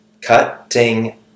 Cutting